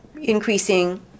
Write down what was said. increasing